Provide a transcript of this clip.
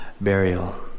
burial